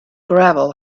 gravel